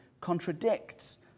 contradicts